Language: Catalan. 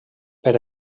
per